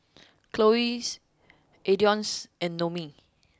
Chloie Adonis and Noemie